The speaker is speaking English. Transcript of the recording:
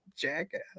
jackass